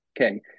Okay